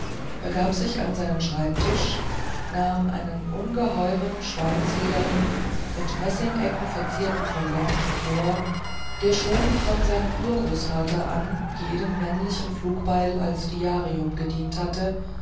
begab sich an seinen schreibtisch nahm einen ungeheuren schweinsledernen mit messingecken verzierten folianten vor der schon von seinem urgroßvater an jedem männlichen flugbeil als diarium gedient hatte